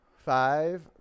Five